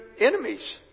enemies